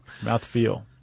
Mouthfeel